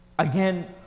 Again